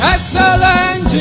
Excellent